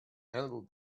handle